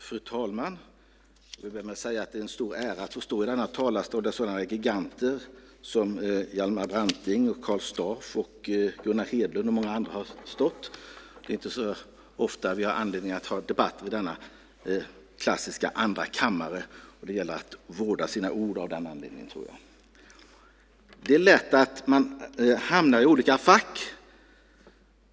Fru talman! Jag vill börja med att säga att det är en stor ära att få stå i denna talarstol där sådana giganter som Hjalmar Branting, Karl Staaf, Gunnar Hedlund och många andra har stått. Det är inte så ofta vi har anledning att ha debatter i den klassiska Andrakammarsalen. Det gäller av den anledningen att vårda sina ord. Det är lätt att man hamnar i olika fack.